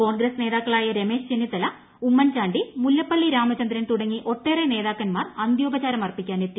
കോൺഗ്രസ് നേതാക്കളായ രമേശ് ചെന്നിത്തല ഉമ്മൻ ചാണ്ടി മുല്ലപ്പള്ളി രാമചന്ദ്രൻ തുടങ്ങി ഒട്ടേറെ നേതാക്കൻമാർ അന്ത്യോപചാരമർപ്പിക്കാൻ എത്തി